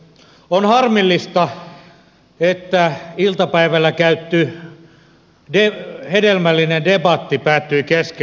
on harmillista että iltapäivällä käyty hedelmällinen debatti päättyi kesken